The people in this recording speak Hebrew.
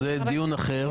לא, זה לדיון אחר.